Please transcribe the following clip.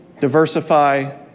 diversify